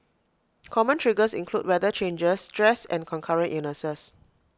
common triggers include weather changes stress and concurrent illnesses